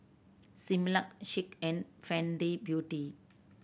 Similac Schick and Fenty Beauty